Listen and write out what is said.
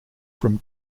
from